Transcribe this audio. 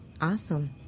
Awesome